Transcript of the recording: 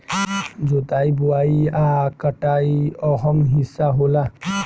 जोताई बोआई आ कटाई अहम् हिस्सा होला